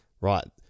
right